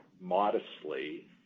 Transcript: modestly